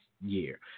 year